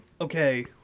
Okay